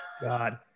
god